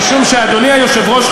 משום שאדוני היושב-ראש,